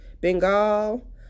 Bengal